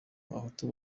abahutu